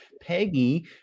Peggy